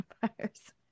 vampires